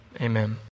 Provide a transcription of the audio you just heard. Amen